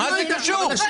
מה זה קשור?